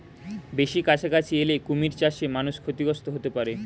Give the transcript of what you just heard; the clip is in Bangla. বেশি কাছাকাছি এলে কুমির চাষে মানুষ ক্ষতিগ্রস্ত হতে পারে